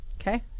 Okay